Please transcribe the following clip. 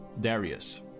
Darius